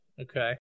Okay